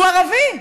הוא ערבי,